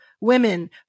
women